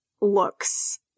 looks